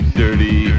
dirty